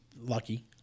lucky